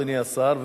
אדוני השר,